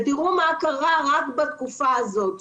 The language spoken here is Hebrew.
ותראו מה קרה רק בתקופה הזאת.